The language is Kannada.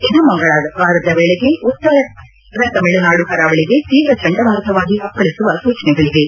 ಇದು ಮಂಗಳವಾರದ ವೇಳಿಗೆ ಉತ್ತರ ತಮಿಳುನಾಡು ಕರಾವಳಿಗೆ ತೀವ್ರ ಚಂಡಮಾರುತವಾಗಿ ಅಪ್ಪಳಿಸುವ ಸೂಚನೆಗಳಿವೆ